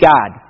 God